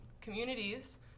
communities